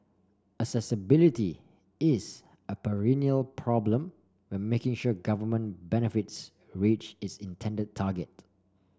accessibility is a perennial problem when making sure government benefits reach its intended target